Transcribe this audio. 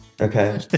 Okay